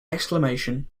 exclamation